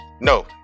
No